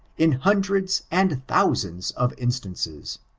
in hundreds and thousands of instances